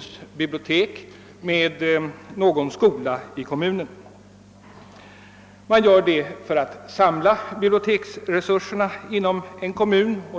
sitt bibliotek med någon skolas för att samla biblioteksresurserna.